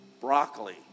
broccoli